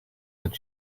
that